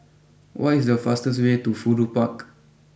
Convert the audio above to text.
what is the fastest way to Fudu Park